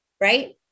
right